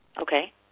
Okay